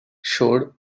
showed